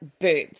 boobs